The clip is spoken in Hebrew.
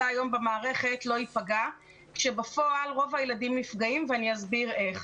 היום במערכת לא ייפגע כאשר בפועל רוב הילדים נפגעים ואני אסביר איך.